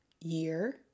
year